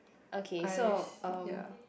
okay so um